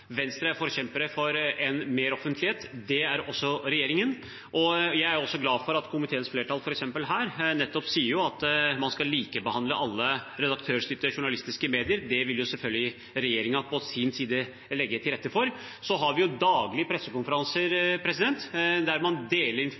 er også regjeringen. Venstre er også en forkjemper for meroffentlighet. Det er også regjeringen. Jeg er glad for at komiteens flertall nettopp sier at man skal likebehandle alle redaktørstyrte journalistiske medier. Det vil selvfølgelig regjeringen på sin side legge til rette for. Så har vi daglig pressekonferanser, der man deler